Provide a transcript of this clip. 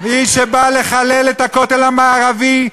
מי שבא לחלל את הכותל המערבי,